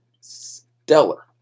stellar